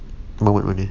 mamak mana